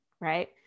right